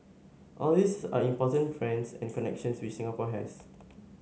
all these are important friends and connections which Singapore has